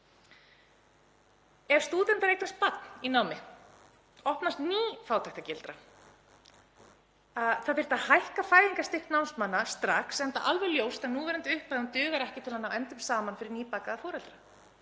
Ef stúdentar eignast barn í námi opnast ný fátæktargildra. Það þyrfti að hækka fæðingarstyrk námsmanna strax enda alveg ljóst að núverandi upphæð dugar ekki til að ná endum saman fyrir nýbakaða foreldra.